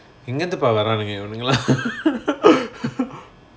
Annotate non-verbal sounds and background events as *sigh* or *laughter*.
எங்க இந்துபா வரானுங்க இவனுங்களா:enga inthupa varaanunga ivanungalaa *laughs*